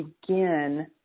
begin